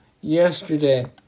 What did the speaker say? Yesterday